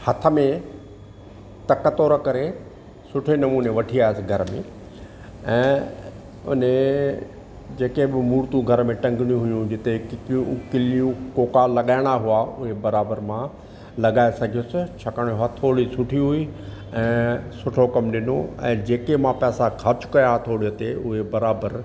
हथ में तक तोड़ करे सुठे नमूने वठी आयसि घर में ऐं उन्हे जेके बि मूर्तियूं घर में टंगड़ियूं हूयूं जिते किपियूं किलीयूं कोका लॻाइणा हुआ उहे बराबरि मां लॻाए सघियसि छाकाणि त हथौड़ी सुठी हुई ऐं सुठो कमु ॾिनो ऐं जेके मां पैसा खर्च कया हथौड़ीअ ते उहे बराबरि